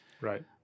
Right